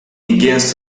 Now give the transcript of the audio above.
begins